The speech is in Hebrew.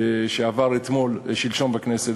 מה שעבר שלשום בכנסת,